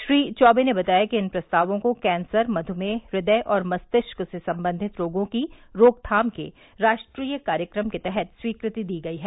श्री चौवे ने बताया कि इन प्रस्तावों को कैंसर मध्मेह इदय और मस्तिष्क से सम्बंधित रोगों की रोकथाम के राष्ट्रीय कार्यक्रम के तहत स्वीकृति दी गयी है